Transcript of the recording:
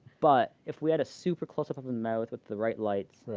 but if we had a super close-up of the mouth with the right lights,